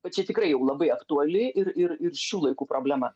o čia tikrai jau labai aktuali ir ir ir šių laikų problema